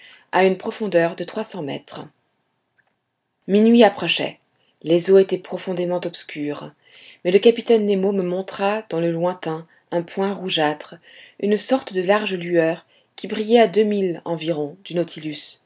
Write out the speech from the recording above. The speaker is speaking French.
à une profondeur de trois cents mètres minuit approchait les eaux étaient profondément obscures mais le capitaine nemo me montra dans le lointain un point rougeâtre une sorte de large lueur qui brillait à deux milles environ du nautilus